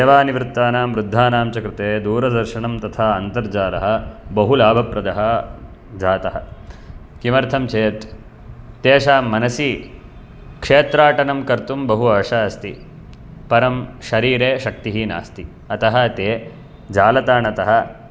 सेवानिवृत्तानां वृद्धानां च कृते दूरदर्शनं तथा अन्तर्जालः बहु लाभप्रदः जातः किमर्थं चेत् तेषां मनसि क्षेत्राठनं कर्तुं बहु आशा अस्ति परं शरीरे शक्तिः नास्ति अतः ते जालदानतः